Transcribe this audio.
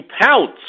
pounce